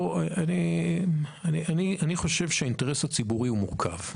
אני חושב שהאינטרס הציבורי מורכב,